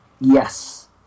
Yes